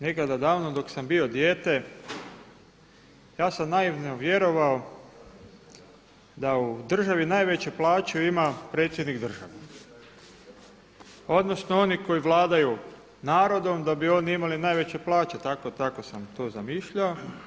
Nekada davno dok sam bio dijete ja sam naivno vjerovao da u državi najveću plaću ima predsjednik države odnosno oni koji vladaju narodom da bi oni imali najveće plaće, tako sam to zamišljao.